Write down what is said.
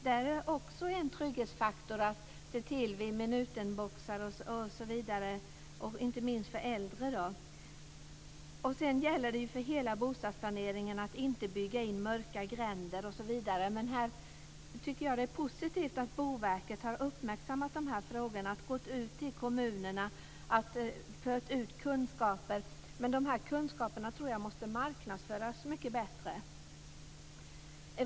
Det är också en trygghetsfaktor att se till vid minutenboxar osv. Det gäller inte minst för äldre. För hela bostadsplaneringen gäller det att inte bygga mörka gränder osv. Här tycker jag att det är positivt att Boverket har uppmärksammat dessa frågor. Man har gått till kommunerna och fört ut kunskaperna. Men jag tror att dessa kunskaper måste marknadsföras mycket bättre.